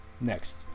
next